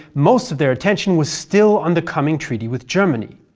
most of their attention was still on the coming treaty with germany.